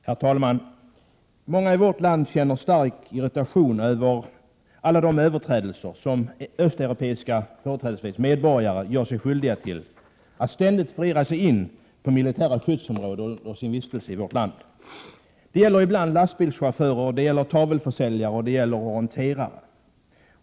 Herr talman! Många människor i vårt land känner stark irritation över alla de överträdelser som företrädesvis östeuropeiska medborgare gör sig skyldiga till när de ständigt förirrar sig in på militära skyddsområden under sin vistelse i vårt land. Det gäller ibland lastbilschaufförer, det gäller tavelförsäljare och orienterare.